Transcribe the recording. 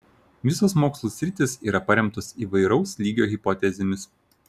visos mokslų sritys yra paremtos įvairaus lygio hipotezėmis